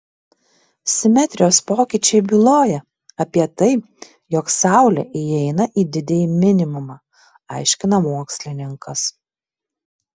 simetrijos pokyčiai byloja apie tai jog saulė įeina į didįjį minimumą aiškina mokslininkas